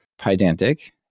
Pydantic